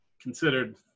considered